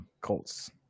Colts